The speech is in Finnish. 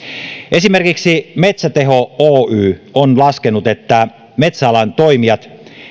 esimerkiksi metsäteho oy on laskenut että metsäalan toimijat